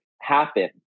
happen